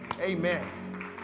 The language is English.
amen